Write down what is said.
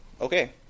okay